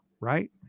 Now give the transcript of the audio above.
right